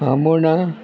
Amona